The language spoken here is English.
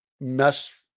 mess